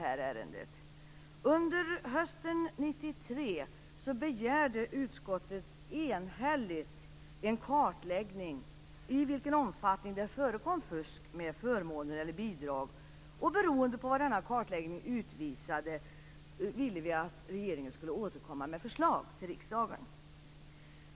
Under hösten 1993 begärde utskottet enhälligt en kartläggning om i vilken omfattning det förekom fusk med förmåner eller bidrag. Beroende på vad kartläggningen utvisade ville vi att regeringen skulle återkomma med förslag till riksdagen.